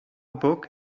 book